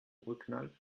urknall